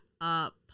up